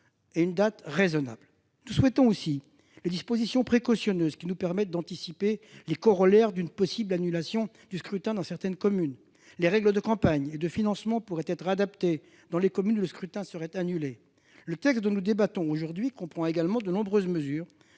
et une date raisonnable. Nous soutiendrons aussi les dispositions précautionneuses qui nous permettent d'anticiper les corolaires d'une possible annulation du scrutin dans certaines communes. Les règles de campagne et de financement pourraient ainsi être adaptées dans les communes où le scrutin serait annulé. Le texte dont nous débattons aujourd'hui comprend également de nombreuses mesures